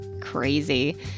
crazy